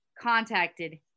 contacted